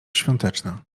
świąteczna